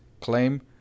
claim